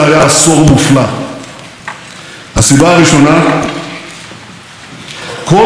כל ההישגים הללו הושגו כשאנו מצויים בעין הסערה.